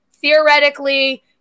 theoretically